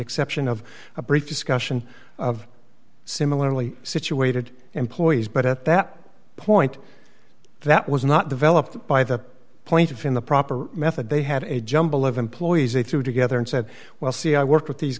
exception of a brief discussion of similarly situated employees but at that point that was not developed by the plaintiff in the proper method they had a jumble of employees they threw together and said well see i worked with these